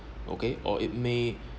okay or it may